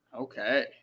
Okay